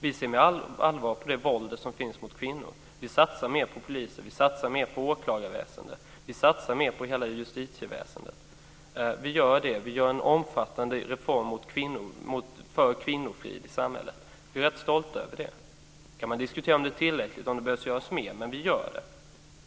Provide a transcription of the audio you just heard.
Vi ser med allvar på det våld som finns mot kvinnor. Vi satsar mer på poliser. Vi satsar mer på åklagarväsendet. Vi satsar mer på hela justitieväsendet. Vi gör det. Vi gör en omfattande reform för kvinnofrid i samhället. Vi är rätt stolta över det. Man kan diskutera om det är tillräckligt eller om det behöver göras mer. Men vi gör det.